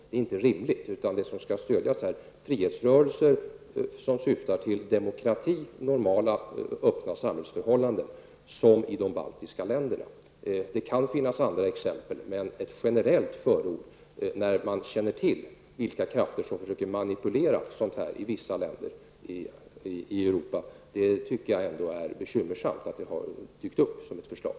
Det är inte rimligt, utan det som skall stödjas är frihetsrörelser som syftar till demokrati och till normala och öppna samhällsförhållanden som i de baltiska länderna. Det kan finnas andra exempel, men ett generellt förord när man känner till vilka krafter som försöker manipulera sådant här i vissa länder i Europa, gör att jag ändå tycker att det är bekymmersamt att det har dykt upp som ett förslag.